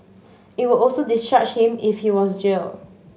it would also discharge him if he was jailed